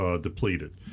depleted